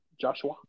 Joshua